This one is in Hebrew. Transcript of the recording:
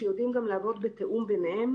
שיודעים גם לעבוד בתיאום ביניהם.